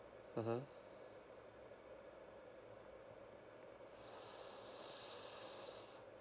mmhmm